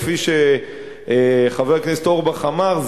כפי שחבר הכנסת אורבך אמר,